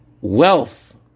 Wealth